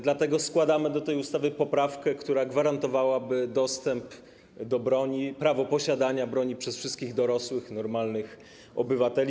Dlatego składamy do tej ustawy poprawkę, która gwarantowałaby dostęp do broni, prawo posiadania broni przez wszystkich dorosłych, normalnych obywateli.